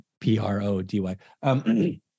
P-R-O-D-Y